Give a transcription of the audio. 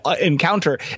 encounter